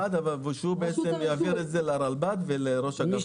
אחד והוא יעביר את זה לרלב"ד ולראש אגף התנועה.